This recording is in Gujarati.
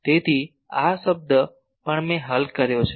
તેથી આ પદ પણ મેં હલ કર્યો છે